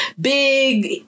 big